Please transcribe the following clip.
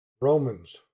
Romans